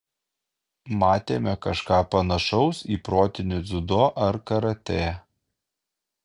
matėme kažką panašaus į protinį dziudo ar karatė